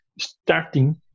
starting